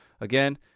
again